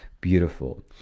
Beautiful